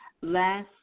last